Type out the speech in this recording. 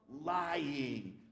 lying